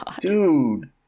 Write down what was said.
Dude